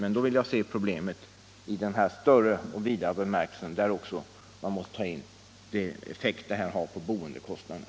Men då vill jag att man ser problemet i den större och vidare bemärkelsen och även tar hänsyn till effekterna på boendekostnaderna.